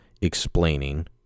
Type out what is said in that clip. explaining